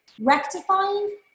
rectifying